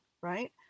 right